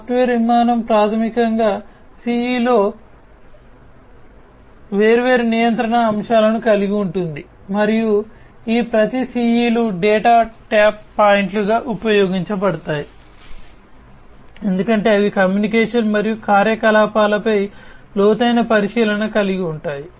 software విమానం ప్రాథమికంగా CE లలో వేర్వేరు నియంత్రణ అంశాలను కలిగి ఉంటుంది మరియు ఈ ప్రతి CE లు డేటా ట్యాప్ పాయింట్లుగా ఉపయోగించబడతాయి ఎందుకంటే అవి కమ్యూనికేషన్ మరియు కార్యకలాపాలపై లోతైన పరిశీలన కలిగి ఉంటాయి